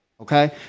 Okay